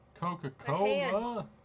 Coca-Cola